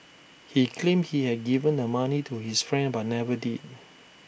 he claimed he had given the money to his friend but never did